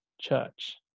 church